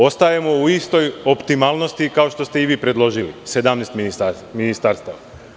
Ostajemo u istoj optimalnosti kao što ste i vi predložili, sedamnaest ministarstava.